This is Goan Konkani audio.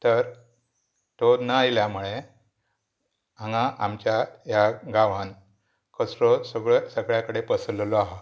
तर तो ना ययल्या मुळे हांगा आमच्या ह्या गांवान कचरो सगळो सगळ्या कडेन पसरलेलो आसा